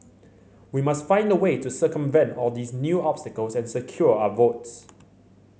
we must find a way to circumvent all these new obstacles and secure our votes